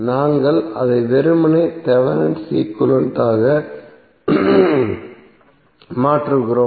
நாங்கள் அதை வெறுமனே தேவெனின் ஈக்விவலெண்ட் ஆக மாற்றுகிறோம்